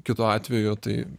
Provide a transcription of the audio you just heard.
kitu atveju tai